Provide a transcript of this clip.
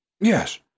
Yes